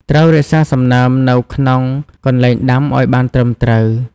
ត្រូវរក្សាសំណើមនៅក្នុងកន្លែងដាំឲ្យបានត្រឹមត្រូវ។